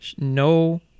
No